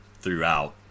throughout